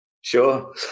sure